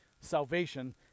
salvation